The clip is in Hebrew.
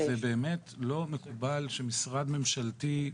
אבל זה באמת לא מקובל שמשרד ממשלתי,